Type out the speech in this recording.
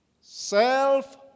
Self